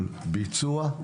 תכנון מול ביצוע,